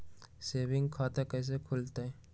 Saving खाता कैसे खुलतई?